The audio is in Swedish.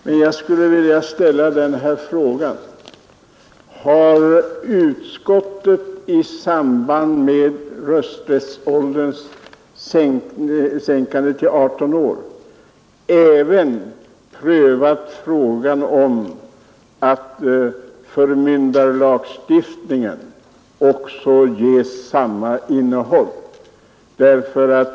Men jag vill ställa följande fråga: Har utskottet i samband med frågan om rösträttsålderns sänkande till 18 år även prövat frågan om att ge förmyndarlagstiftningen samma innehåll?